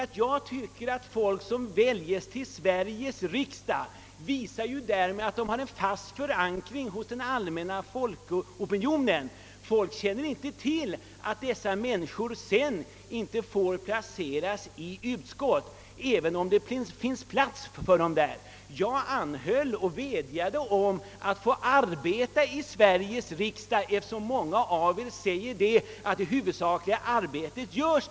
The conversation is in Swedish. Att de som väljs till ledamöter av Sveriges riksdag och därmed visar att de har fast förankring hos folkopinionen inte placeras i utskott om de tillhör ett mindre parti — detta även om det finns plats för dem där. Många riksdagsmän har fler utskottsplatser än de hinner med att sköta! Jag vädjade som sagt om att få arbeta i ett utskott i Sveriges riksdag — detta därför att många av er säger att det är där det huvudsakliga arbetet utförs.